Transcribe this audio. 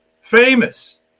famous